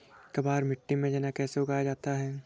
काबर मिट्टी में चना कैसे उगाया जाता है?